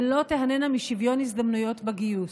ולא תיהנינה משוויון הזדמנויות בגיוס.